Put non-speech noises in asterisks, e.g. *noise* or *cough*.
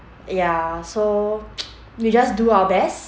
ya so *noise* we just do our best